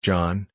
John